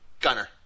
Gunner